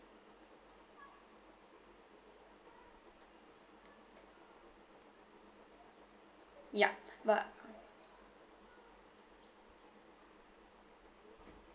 yup but